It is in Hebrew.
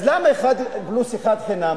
אז למה אחד פלוס אחד חינם?